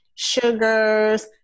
sugars